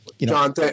John